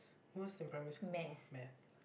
worse than primary school lor math